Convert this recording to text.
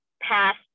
past